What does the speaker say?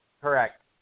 Correct